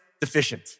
deficient